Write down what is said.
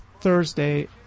Thursday